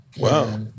Wow